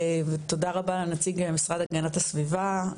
תודה רבה לנציג המשרד להגנת הסביבה,